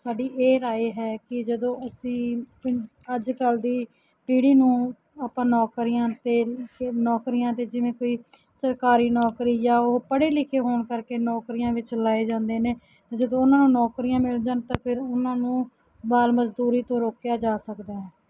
ਸਾਡੀ ਇਹ ਰਾਏ ਹੈ ਕਿ ਜਦੋਂ ਅਸੀਂ ਪੰ ਅੱਜ ਕੱਲ੍ਹ ਦੀ ਪੀੜ੍ਹੀ ਨੂੰ ਆਪਾਂ ਨੌਕਰੀਆਂ 'ਤੇ ਤੇ ਨੌਕਰੀਆਂ 'ਤੇ ਜਿਵੇਂ ਕੋਈ ਸਰਕਾਰੀ ਨੌਕਰੀ ਜਾਂ ਉਹ ਪੜ੍ਹੇ ਲਿਖੇ ਹੋਣ ਕਰਕੇ ਨੌਕਰੀਆਂ ਵਿੱਚ ਲਾਏ ਜਾਂਦੇ ਨੇ ਜਦੋਂ ਉਹਨਾਂ ਨੂੰ ਨੌਕਰੀਆਂ ਮਿਲ ਜਾਣ ਤਾਂ ਫਿਰ ਉਹਨਾਂ ਨੂੰ ਬਾਲ ਮਜ਼ਦੂਰੀ ਤੋਂ ਰੋਕਿਆ ਜਾ ਸਕਦਾ ਹੈ